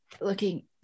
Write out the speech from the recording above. looking